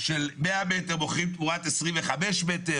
ש-100 מטר מוכרים תמורת 25 מטר.